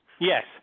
Yes